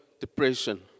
depression